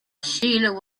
sheila